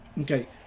Okay